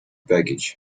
baggage